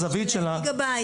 מגבלה של מגה-בייט?